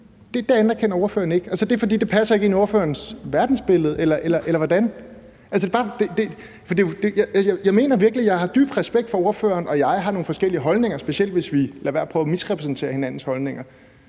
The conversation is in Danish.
vidensgrundlag, anerkender ordføreren ikke, fordi det ikke passer ind i ordførerens verdensbillede, eller hvordan? Jeg mener virkelig, at jeg har dyb respekt for, at ordføreren og jeg har nogle forskellige holdninger, specielt hvis vi lader være med at prøve at misrepræsentere hinandens holdninger.